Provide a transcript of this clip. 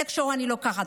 איכשהו אני לוקחת,